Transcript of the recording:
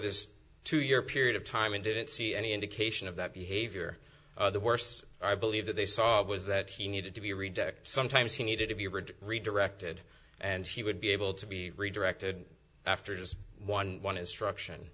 this two year period of time and didn't see any indication of that behavior the worst i believe that they saw was that he needed to be rejected sometimes he needed to be a bridge redirected and he would be able to be redirected after just one one instruction